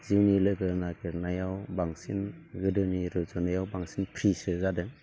जिउनि लोगो नागिरनायाव बांसिन गोदोनि रुजुनायाव बांसिन फ्रिसो जादों